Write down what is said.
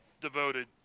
devoted